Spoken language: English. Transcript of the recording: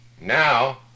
Now